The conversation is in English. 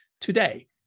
today